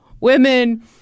women